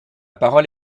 parole